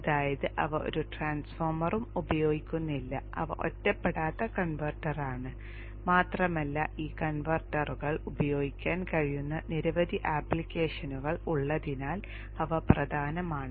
അതായത് അവ ഒരു ട്രാൻസ്ഫോർമറും ഉപയോഗിക്കുന്നില്ല അവ ഒറ്റപ്പെടാത്ത കൺവെർട്ടറാണ് മാത്രമല്ല ഈ കൺവെർട്ടറുകൾ ഉപയോഗിക്കാൻ കഴിയുന്ന നിരവധി ആപ്ലിക്കേഷനുകൾ ഉള്ളതിനാൽ അവ പ്രധാനമാണ്